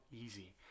easy